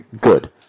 Good